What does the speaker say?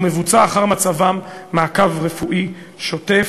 ומבוצע אחר מצבם מעקב רפואי שוטף.